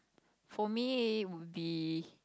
for me would be